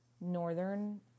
Northern